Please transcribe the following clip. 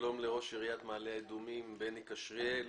שלום לראש עיריית מעלה אדומים בני כשריאל.